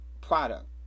product